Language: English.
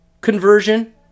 conversion